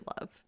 love